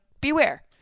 beware